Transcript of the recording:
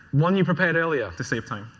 one you prepared earlier. to save time.